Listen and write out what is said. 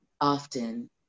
often